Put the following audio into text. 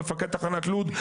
מפקד תחנת לוד,